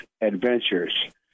Adventures